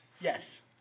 Yes